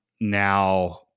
now